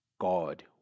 God